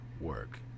work